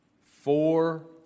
Four